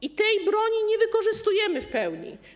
I tej broni nie wykorzystujemy w pełni.